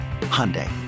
Hyundai